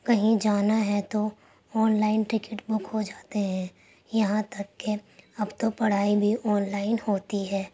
کہیں جانا ہے تو آن لائن ٹکٹ بک ہو جاتے ہیں یہاں تک کہ اب تو پڑھائی بھی آن لائن ہوتی ہے